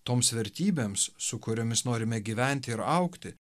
toms vertybėms su kuriomis norime gyventi ir augti